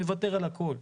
נוותר על הכל.